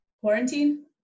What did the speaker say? quarantine